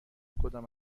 کدام